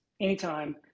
anytime